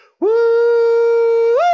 Woo